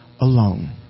alone